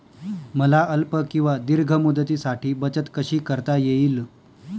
मला अल्प किंवा दीर्घ मुदतीसाठी बचत कशी करता येईल?